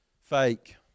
Fake